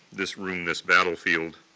this room, this battlefield,